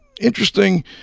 interesting